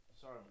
Sorry